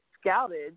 scouted